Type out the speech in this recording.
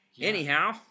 anyhow